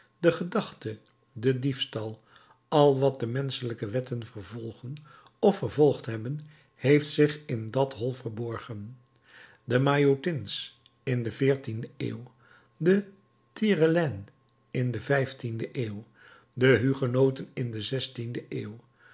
de gedachte de diefstal al wat de menschelijke wetten vervolgen of vervolgd hebben heeft zich in dat hol verborgen de maillotins in de veertiende eeuw de tire laines in de vijftiende eeuw de hugenoten in de zestiende eeuw